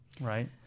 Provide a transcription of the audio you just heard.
right